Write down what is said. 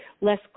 less